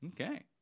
Okay